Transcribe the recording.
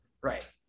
right